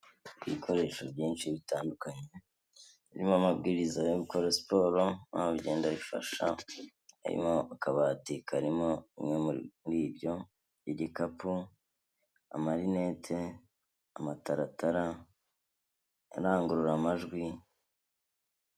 Ibikoresho byinshi bitandukanye, birimo amabwiriza yo gukora siporo aho bigenda bifasha, haromo akabati karimo umwe muri ibyo, igikapu, amarinete, amataratara, arangurura amajwi.